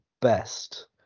best